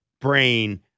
brain